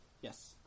Yes